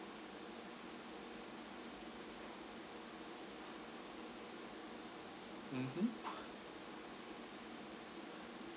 mmhmm